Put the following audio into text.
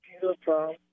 Beautiful